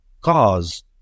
cause